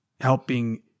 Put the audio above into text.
helping